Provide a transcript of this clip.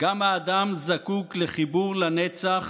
גם האדם זקוק לחיבור לנצח